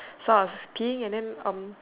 so I was peeing and then um